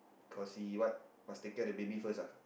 cause he what must take care the baby first ah